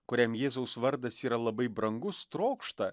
kuriam jėzaus vardas yra labai brangus trokšta